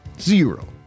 Zero